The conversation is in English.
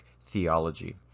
theology